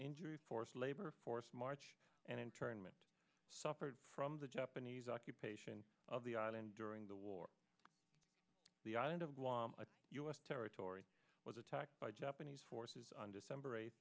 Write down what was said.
injury forced labor force march and internment suffered from the japanese occupation of the island during the war the island of guam a us territory was attacked by japanese forces on december eight